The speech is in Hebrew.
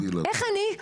איך אני?